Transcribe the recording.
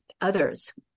others